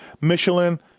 Michelin